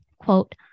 quote